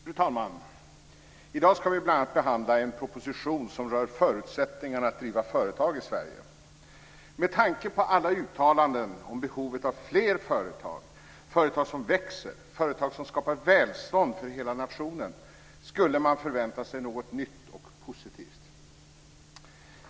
Fru talman! I dag ska vi bl.a. behandla en proposition som rör förutsättningar att driva företag i Sverige. Med tanke på alla uttalanden om behovet av fler företag, företag som växer, företag som skapar välstånd för hela nationen, skulle man förvänta sig något nytt och positivt.